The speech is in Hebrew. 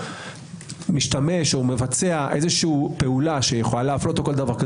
משתמש או מבצע פעולה שיכולה להפלות למשל,